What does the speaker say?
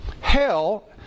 Hell